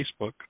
Facebook